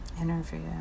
interview